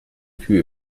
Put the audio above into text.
kühe